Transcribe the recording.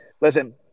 Listen